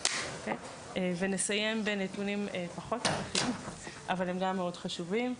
נסיים בנתונים אחרים שגם הם מאוד חשובים.